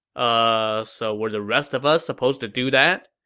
uhh, so, were the rest of us supposed to do that?